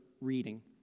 reading